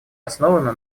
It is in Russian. основана